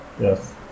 yes